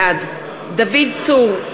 בעד דוד צור,